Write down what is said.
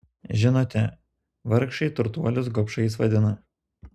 žinote vargšai turtuolius gobšais vadina